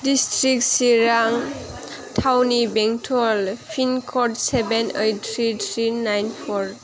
district सिरां town बेंटल pin code seven eight three three nine four